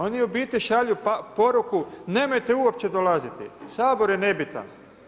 Oni u biti šalju poruku nemojte uopće dolaziti, Sabor je nebitan.